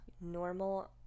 normal